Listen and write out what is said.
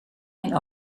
mijn